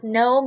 no